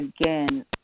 again